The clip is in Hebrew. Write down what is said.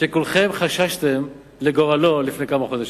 שכולכם חששתם לגורלו לפני כמה חודשים.